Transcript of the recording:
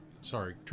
sorry